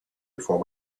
before